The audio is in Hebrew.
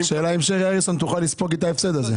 השאלה היא האם שרי אריסון תוכל לספוג את ההפסד הזה.